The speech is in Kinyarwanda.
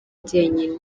njyenyine